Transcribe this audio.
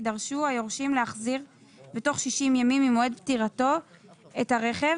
יידרשו היורשים להחזיר לאגף בתוך 60 ימים ממועד פטירתו את הרכב.